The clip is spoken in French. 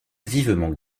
vivement